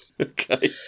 Okay